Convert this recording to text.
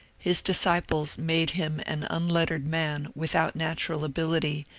his dis ciples made him an unlettered man without natural ability,